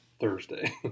Thursday